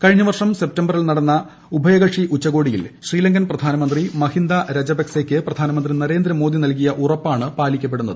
കഴിഞ്ഞ വർഷം സെപ്തംബറിൽ നടന്ന ഉഭയകക്ഷി ഉച്ചകോടിയിൽ ശ്രീലങ്കൻ പ്രധാനമന്ത്രി മഹിന്ദ രജപക്സെയ്ക്ക് പ്രധാനമന്ത്രി നരേന്ദ്ര മോദി നൽകിയ ഉറപ്പാണ് പാലിക്കപ്പെടുന്നത്